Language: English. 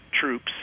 troops